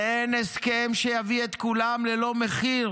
ואין הסכם שיביא את כולם ללא מחיר,